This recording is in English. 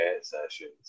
sessions